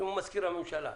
כי הוא מזכיר הממשלה.